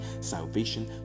salvation